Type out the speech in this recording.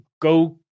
go